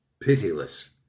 pitiless